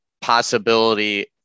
possibility